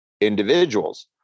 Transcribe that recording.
individuals